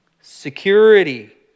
security